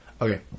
Okay